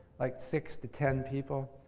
like six to ten people,